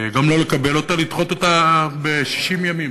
גם לא לקבל אותה, לדחות אותה ב-60 ימים,